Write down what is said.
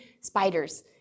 spiders